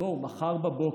בואו מחר בבוקר,